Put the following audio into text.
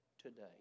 today